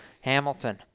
Hamilton